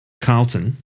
Carlton